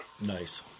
Nice